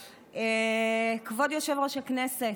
כבוד יושב-ראש הכנסת,